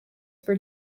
were